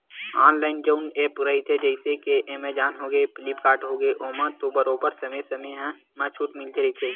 online जउन app रहिथे जइसे के एमेजॉन होगे, फ्लिपकार्ट होगे ओमा तो बरोबर समे समे म छूट मिलते रहिथे